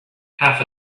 half